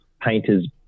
painters